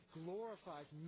glorifies